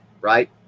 right